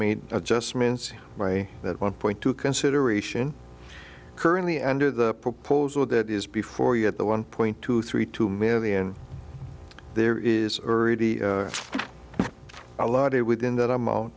made adjustments by that one point two consideration currently under the proposal that is before you get the one point two three two million there is already a lot it within that imo o